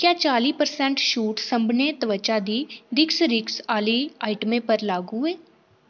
क्या चाली परसेंट छूट सभनें त्वचा दी दिक्स रिक्स आह्ली आइटमें पर लागू ऐ